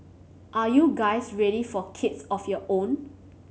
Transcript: are you guys ready for kids of your own